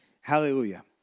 Hallelujah